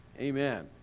Amen